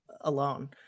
alone